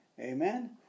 Amen